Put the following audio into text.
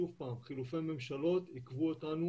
שוב פעם, חילופי הממשלות עיכבו אותנו